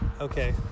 Okay